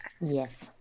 Yes